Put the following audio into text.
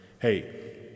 hey